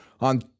on